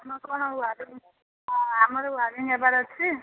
ଆମର କଣ ଆମର ୱାରିଙ୍ଗ୍ ହେବାର ଅଛି